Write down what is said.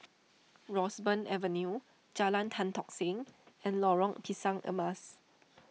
Roseburn Avenue Jalan Tan Tock Seng and Lorong Pisang Emas